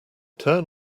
turn